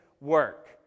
work